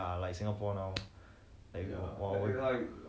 that they are back to normal that means they don't need have err